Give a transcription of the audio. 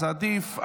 זה עדיף.